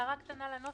הערה קטנה לנוסח,